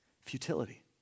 Futility